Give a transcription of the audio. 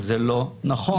זה לא נכון.